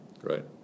Right